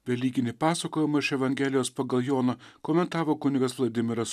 velykinį pasakojimą iš evangelijos pagal joną komentavo kunigas vladimiras